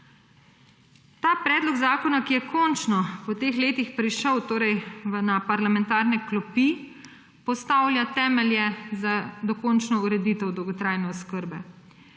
Ta predlog zakona, ki je končno po teh letih prišel v parlamentarne klopi, postavlja temelje za dokončno ureditev dolgotrajne oskrbe.